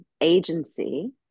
agency